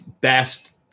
best